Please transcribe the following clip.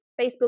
Facebook